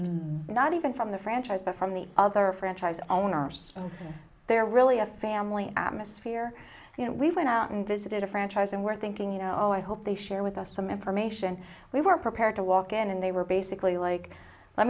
view not even from the franchise but from the other franchise owners and they're really a family atmosphere you know we went out and visited a franchise and we're thinking you know i hope they share with us some information we were prepared to walk in and they were basically like let